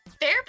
Fair